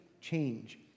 change